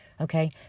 okay